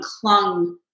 clung